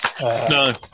No